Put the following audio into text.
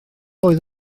oedd